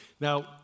Now